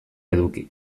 eduki